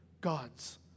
God's